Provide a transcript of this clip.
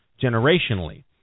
generationally